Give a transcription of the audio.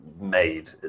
made